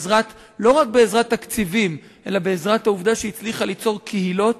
לא רק בעזרת תקציבים אלא בעזרת העובדה שהיא הצליחה ליצור קהילות